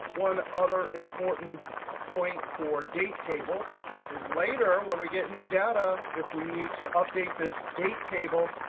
one other important point for date tables is later when we get new data, if we need to update this date table,